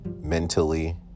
mentally